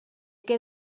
que